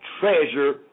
treasure